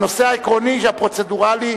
הנושא העקרוני הפרוצדורלי,